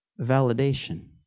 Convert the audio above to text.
validation